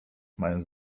mając